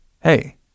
Hey